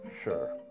sure